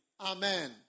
Amen